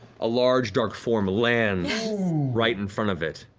a large, dark form lands right in front of it.